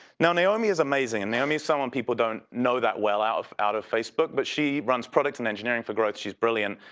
now, naomi is amazing and naomi is someone people don't know that well out of out of facebook, but she runs product and engineering for growth. she's brilliant,